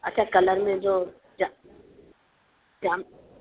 अच्छा कलर में जो ज जाम